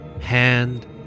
hand